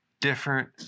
different